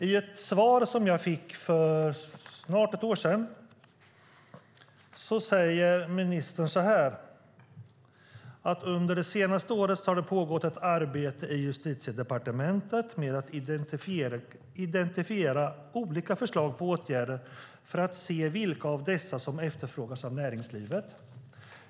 I ett svar som jag fick för snart ett år sedan säger ministern så här: Under det senaste året har det pågått ett arbete i Justitiedepartementet med att identifiera olika förslag på åtgärder för att se vilka av dessa som efterfrågas av näringslivet.